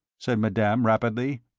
said madame, rapidly.